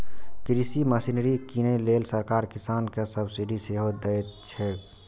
कृषि मशीनरी कीनै लेल सरकार किसान कें सब्सिडी सेहो दैत छैक